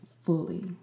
fully